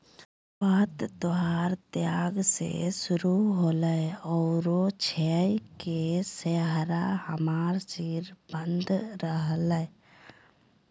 बात तोहर त्याग से शुरू होलय औरो श्रेय के सेहरा हमर सिर बांध रहलय